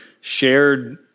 shared